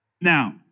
Now